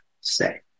say